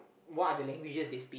what are the languages they speak